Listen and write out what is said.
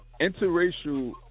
interracial